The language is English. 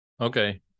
Okay